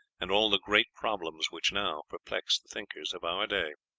and all the great problems which now perplex the thinkers of our day?